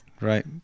right